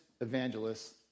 evangelists